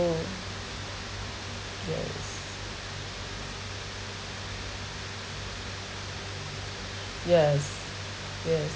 yes yes yes